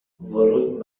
ورود